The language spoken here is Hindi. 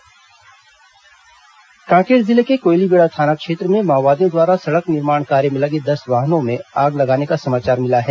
माओवादी आगजनी कांकेर जिले के कोयलीबेड़ा थाना क्षेत्र में माओवादियों द्वारा सड़क निर्माण कार्य में लगे दस वाहनों में आग लगाने का समाचार मिला है